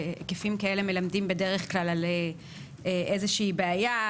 שהיקפים כאלה מלמדים בדרך כלל על איזו שהיא בעיה,